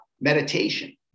meditation